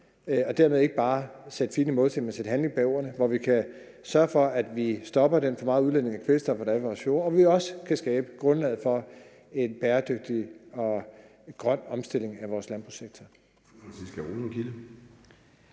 og dermed ikke bare sætte fine målsætninger, men sætte handling bag ordene, og hvor vi kan sørge for, at vi stopper den for store udledning af kvælstof, der er i vores fjorde, og hvor vi også kan skabe grundlaget for en bæredygtig og grøn omstilling af vores landbrugssektor.